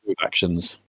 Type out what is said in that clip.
actions